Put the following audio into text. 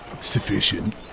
sufficient